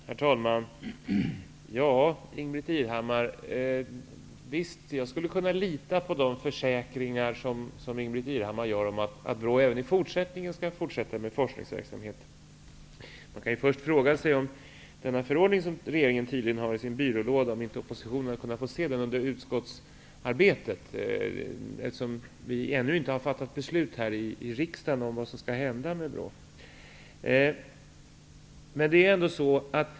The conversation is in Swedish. Herr talman! Jag skulle visst kunna lita på de försäkringar som Ingbritt Irhammar ger om att BRÅ även i framtiden skall fortsätta med forskningsverksamhet. Först kan man fråga sig om inte oppositionen under utskottsarbetet hade kunnat få se den förordning som regeringen tydligen har i sin byrålåda. Vi har ännu inte fattat beslut här i riksdagen om vad som skall hända med BRÅ.